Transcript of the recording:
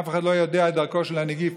אף אחד לא יודע את דרכו של הנגיף,